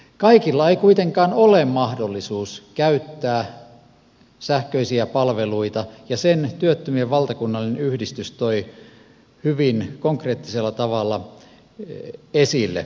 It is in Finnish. kaikilla ei kuitenkaan ole mahdollisuutta käyttää sähköisiä palveluita ja sen työttömien valtakunnallinen yhdistys toi hyvin konkreettisella tavalla esille